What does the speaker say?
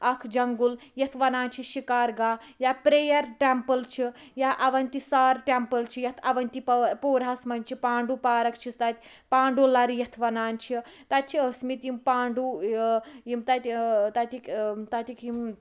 اکھ جَنگُل یتھ وَنان چھِ شِکار گاہ یا پریر ٹیٚمپل چھِ یا اَوَنتی سار ٹیٚمپل چھِ یتھ اَوَنتی پا پورہَس مَنٛز چھِ پانڈوٗ پارَک چھِس تَتہِ پانڈوٗ لَرٕ یتھ وَنان چھِ تَتہِ چھِ ٲسۍ مٕتۍ یِم پانڈوٗ یِم تَتہِ تتیِکۍ تتیِکۍ یِم